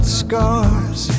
scars